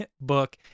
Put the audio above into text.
book